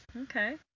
okay